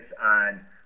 on